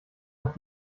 hat